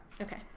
Okay